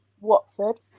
Watford